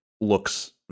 looks